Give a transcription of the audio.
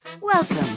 Welcome